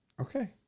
Okay